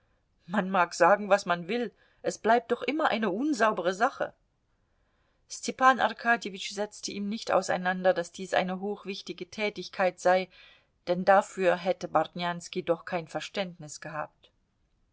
man mag sagen was man will es bleibt doch immer eine unsaubere sache stepan arkadjewitsch setzte ihm nicht auseinander daß dies eine hochwichtige tätigkeit sei denn dafür hätte bartnjanski doch kein verständnis gehabt